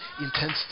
intensity